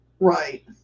Right